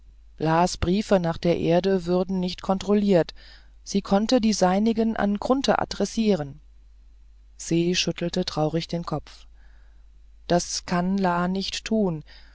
las briefe nach der erde würden nicht kontrolliert sie konnte die seinigen an grunthe adressieren se schüttelte traurig den kopf das kann la nicht tun